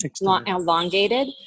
elongated